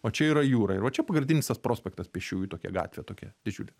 o čia yra jūra ir va čia pagrindinis tas prospektas pėsčiųjų tokia gatvė tokia didžiulė